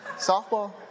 Softball